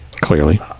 clearly